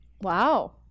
Wow